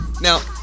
Now